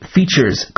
features